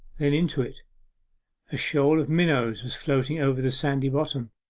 then into it a shoal of minnows was floating over the sandy bottom,